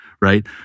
right